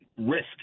risk